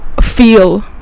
feel